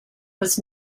was